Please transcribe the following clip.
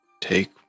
take